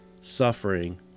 suffering